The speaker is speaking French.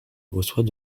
reçoit